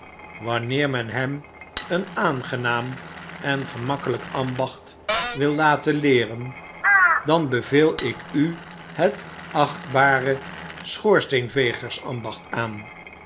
wanneer men hem een aangenaam en gemakkelijk ambacht wil laten ieeren dan beveel ik u het achtbare schoorsteenvegers ambacht aan